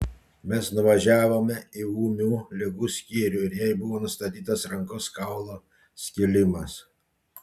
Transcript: mes nuvažiavome į ūmių ligų skyrių ir jai buvo nustatytas rankos kaulo skilimas